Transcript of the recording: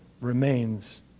remains